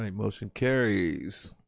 motion carries.